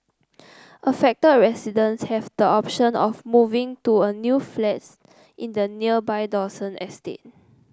affected residents have the option of moving to a new flats in the nearby Dawson estate